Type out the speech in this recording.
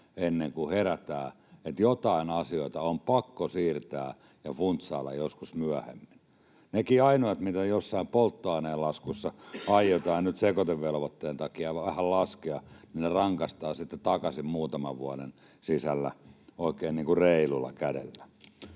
ennen kuin herätään, että joitain asioita on pakko siirtää ja funtsailla joskus myöhemmin? Niistäkin ainoista, mitä jossain polttoainelaskussa aiotaan nyt sekoitevelvoitteen takia vähän laskea, rangaistaan sitten takaisin muutaman vuoden sisällä oikein reilulla kädellä.